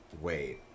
wait